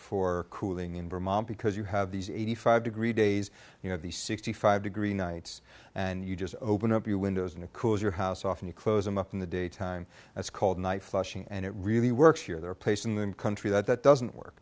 for cooling in vermont because you have these eighty five degree days you know the sixty five degree nights and you just open up your windows in a cool is your house off and you close him up in the daytime that's called night flushing and it really works here their place in the country that doesn't work